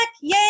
Yay